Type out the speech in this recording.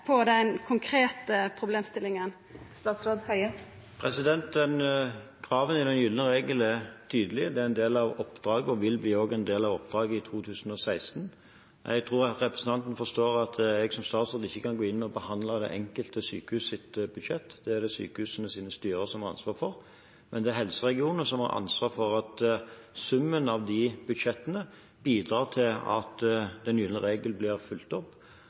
konkrete problemstillinga. Kravet til den gylne regel er tydelig, det er en del av oppdraget og vil også bli en del av oppdraget i 2016. Jeg tror at representanten forstår at jeg som statsråd ikke kan gå inn og behandle det enkelte sykehusbudsjett, det er det sykehusenes styrer som har ansvaret for. Men det er helseregionene som har ansvaret for at summen av de budsjettene bidrar til at den gylne regel blir fulgt opp.